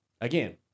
again